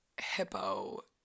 hippo